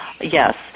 Yes